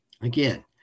Again